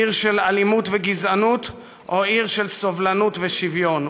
עיר של אלימות וגזענות או עיר של סובלנות ושוויון.